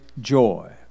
joy